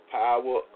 power